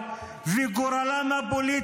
היא גוערת כל הזמן.